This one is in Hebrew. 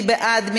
מי בעד?